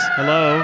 hello